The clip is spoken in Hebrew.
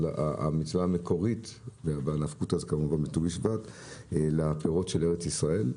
אבל המצווה המקורית בנפקותא היא כמובן בט"ו בשבט לפירות של ארץ ישראל.